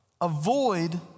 avoid